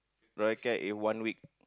Royal Care in one week